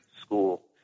school